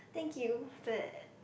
thank you but